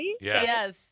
Yes